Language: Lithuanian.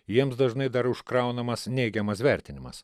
jiems dažnai dar užkraunamas neigiamas vertinimas